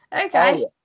Okay